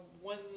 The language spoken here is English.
one